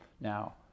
Now